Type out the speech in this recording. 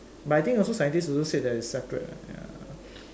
but I think also scientists also said that it's separate ya